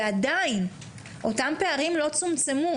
ועדיין אותם פערים לא צומצמו.